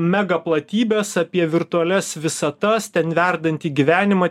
mega platybes apie virtualias visatas ten verdantį gyvenimą